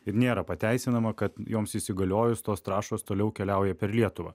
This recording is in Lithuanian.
ir nėra pateisinama kad joms įsigaliojus tos trąšos toliau keliauja per lietuvą